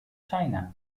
china